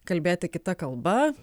kalbėti kita kalba